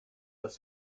dass